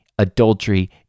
Adultery